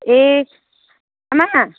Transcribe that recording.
ए आमा